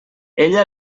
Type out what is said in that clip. ella